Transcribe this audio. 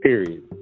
Period